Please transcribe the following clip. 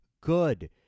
good